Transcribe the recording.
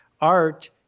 Art